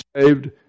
saved